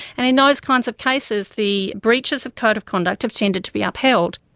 and in those kinds of cases the breaches of code of conduct have tended to be upheld.